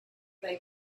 they